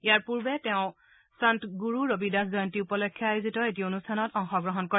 ইয়াৰ পূৰ্বে তেওঁ সন্ত গুৰু ৰবিদাস জয়ন্তী উপলক্ষে আয়োজিত এটি অনুষ্ঠানত অংশগ্ৰহণ কৰে